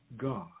God